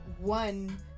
one